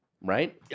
Right